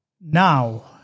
now